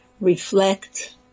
reflect